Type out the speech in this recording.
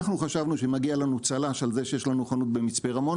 אנחנו חשבנו שמגיע לנו צל"ש על זה שיש לנו חנות במצפה רמון,